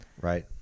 Right